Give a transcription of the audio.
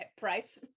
price